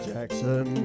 Jackson